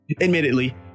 admittedly